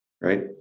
right